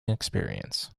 experience